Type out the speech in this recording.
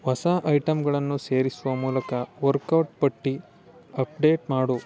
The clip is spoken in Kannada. ಹೊಸ ಐಟಮ್ಗಳನ್ನು ಸೇರಿಸುವ ಮೂಲಕ ವರ್ಕ್ ಔಟ್ ಪಟ್ಟಿ ಅಪ್ಡೇಟ್ ಮಾಡು